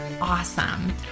awesome